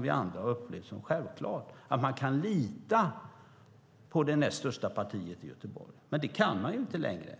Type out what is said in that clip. Vi andra har upplevt det som självklart att vi kan lita på det näst största partiet i Göteborg, men det kan vi inte längre.